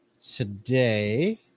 today